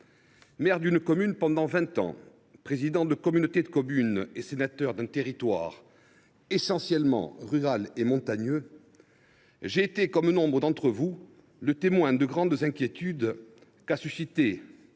Maire d’une commune pendant vingt ans, président d’une communauté de communes et sénateur d’un territoire essentiellement rural et montagneux, j’ai été, comme nombre d’entre vous, le témoin des grandes inquiétudes qu’a suscité